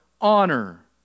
honor